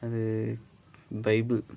அது பைபிள்